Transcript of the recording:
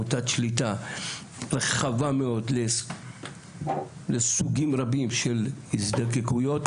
מוטת שליטה רחבה מאוד לסוגים רבים של הזדקקויות,